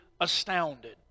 astounded